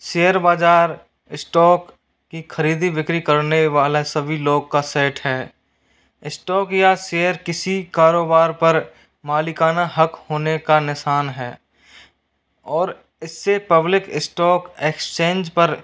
share बाजार stock की खरीदी बिक्री करने वाला सभी लोग का सेट है स्टोक या शेयर किसी कारोबार पर मालिकाना हक होने का निशान है और इससे पब्लिक स्टोक एक्सचेंज पर